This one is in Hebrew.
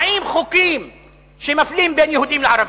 40 חוקים שמפלים בין יהודים לערבים.